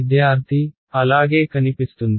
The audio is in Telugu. విద్యార్థి అలాగే కనిపిస్తుంది